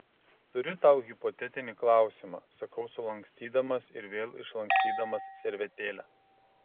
turiu tau hipotetinį klausimą sakau sulankstydamas ir vėl išlankstydamas servetėlę